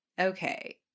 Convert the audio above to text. okay